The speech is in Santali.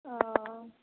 ᱚ